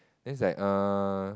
then it's like err